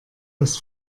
dass